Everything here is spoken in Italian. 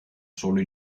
solo